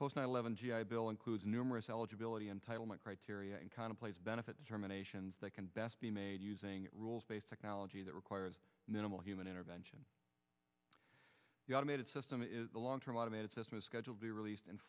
post nine eleven g i bill includes numerous eligibility entitlement criteria and kind of place benefits terminations that can best be made using rules based technology that requires minimal human intervention the automated system is a long term automated system a schedule be released in